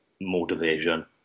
motivation